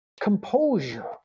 composure